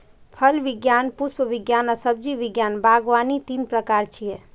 फल विज्ञान, पुष्प विज्ञान आ सब्जी विज्ञान बागवानी तीन प्रकार छियै